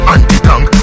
Anti-tank